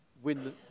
Win